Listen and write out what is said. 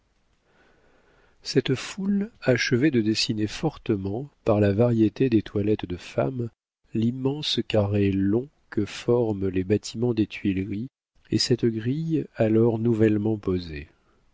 cette foule achevait de dessiner fortement par la variété des toilettes de femmes l'immense carré long que forment les bâtiments des tuileries et cette grille alors nouvellement posée